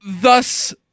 Thus